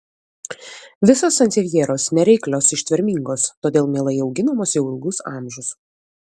visos sansevjeros nereiklios ištvermingos todėl mielai auginamos jau ilgus amžius